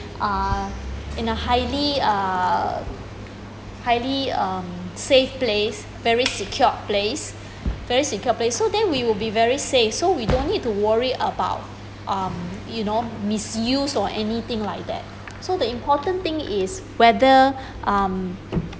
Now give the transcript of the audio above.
uh in a highly uh highly um safe place very secure place very secure place so then we would be very safe so we don't need to worry about um you know misuse or anything like that so the important thing is whether um